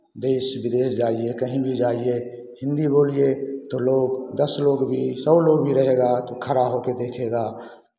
देश विदेश जाइए कहीं भी जाइए हिन्दी बोलिए तो लोग दस लोग भी सौ लोग भी रहेगा तो खड़ा हो के देखेगा